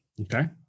okay